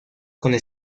con